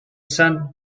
sun